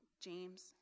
James